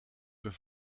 ben